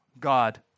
God